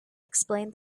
explained